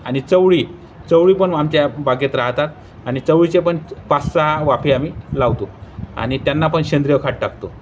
आणि चवळी चवळी पण आमच्या बागेत राहतात आणि चवळीचे पण पाच सहा वाफे आम्ही लावतो आणि त्यांना पण सेंद्रिय खाद टाकतो